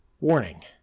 Warning